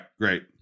Great